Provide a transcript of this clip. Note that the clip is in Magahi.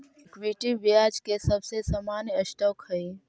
इक्विटी ब्याज के सबसे सामान्य स्टॉक हई